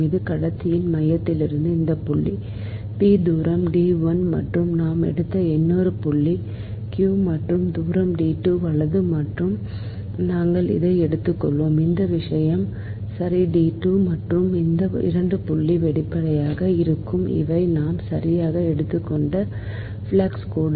இது கடத்தியின் மையத்திலிருந்து இந்த புள்ளி p தூரம் D 1 மற்றும் நாம் எடுத்த மற்றொரு புள்ளி q மற்றும் தூரம் D 2 வலது மற்றும் நாங்கள் இதை எடுத்துள்ளோம் இந்த விஷயம் சரி D 2 மற்றும் இந்த 2 புள்ளிகள் வெளிப்புறமாக இருக்கும் இவை நாம் சரியாக எடுத்துக்கொண்ட ஃப்ளக்ஸ் கோடு